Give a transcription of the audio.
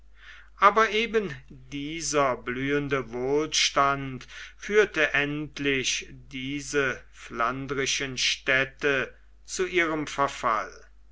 aber eben dieser blühende wohlstand führte endlich die flandrischen städte zu ihrem verfall